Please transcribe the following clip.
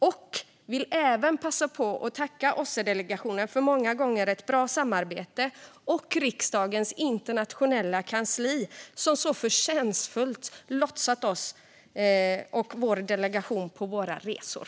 Jag vill även passa på att tacka OSSE-delegationen för ett många gånger bra samarbete och även riksdagens internationella kansli, som förtjänstfullt har lotsat oss och vår delegation på våra resor.